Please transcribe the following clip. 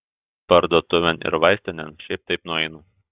parduotuvėn ir vaistinėn šiaip taip nueinu